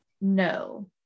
no